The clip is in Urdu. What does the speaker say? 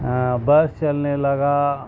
بس چلنے لگا